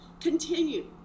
continue